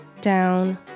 down